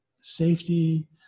safety